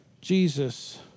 Jesus